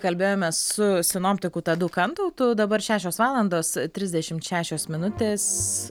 kalbėjome su sinoptiku tadu kantautu dabar šešios valandos trisdešimt šešios minutės